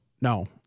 no